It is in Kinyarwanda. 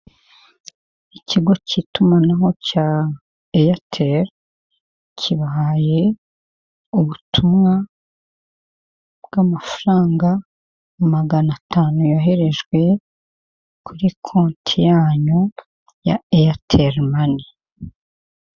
Ikigo cy'itumanaho cya eyateli, kibahaye ubutumwa bw'amafaranga magana atanu yoherejwe kuri konti yanyu ya eyateli mane.